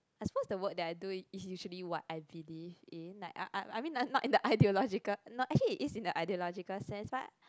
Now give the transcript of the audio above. I supposed the work that I do it it's usually what I believe in like I I mean like like it's not in the ideological no actually it's in the ideological sense but